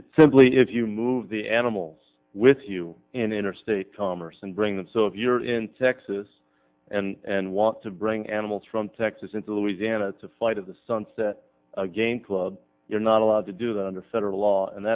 again simply if you move the animals with you in interstate commerce and bring them so if you're in texas and want to bring animals from texas into louisiana to fight of the sunset again club you're not allowed to do that under federal law and